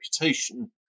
reputation